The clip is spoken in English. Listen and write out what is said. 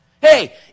Hey